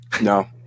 No